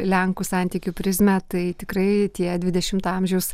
lenkų santykių prizmę tai tikrai tie dvidešimto amžiaus